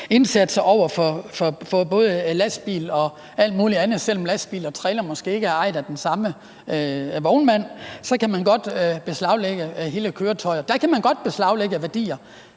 indsatser over for både lastbil og alt mulig andet, selv om lastbil og trailer måske ikke er ejet af den samme vognmand. Så kan man godt beslaglægge hele køretøjet. Der kan man godt beslaglægge værdier.